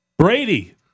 Brady